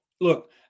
Look